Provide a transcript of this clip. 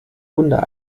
wunder